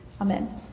Amen